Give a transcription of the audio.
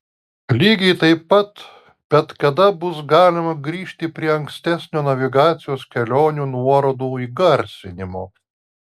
lygiai taip pat bet kada bus galima grįžti prie ankstesnio navigacijos kelionių nuorodų įgarsinimo